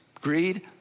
Greed